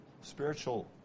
spiritual